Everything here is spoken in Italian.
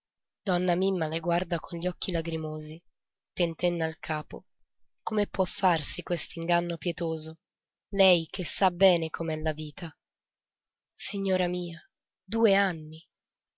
donna mimma le guarda con gli occhi lagrimosi tentenna il capo come può farsi quest'inganno pietoso lei che sa bene com'è la vita signora mia due anni